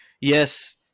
yes